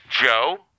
Joe